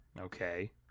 Okay